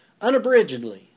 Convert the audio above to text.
unabridgedly